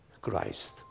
Christ